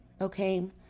okay